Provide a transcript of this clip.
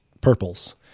purples